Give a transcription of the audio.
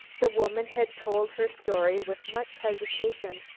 the woman had told her story with much hesitation,